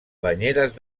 banyeres